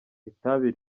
itabi